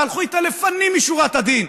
והלכו איתה לפנים משורת הדין.